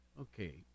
okay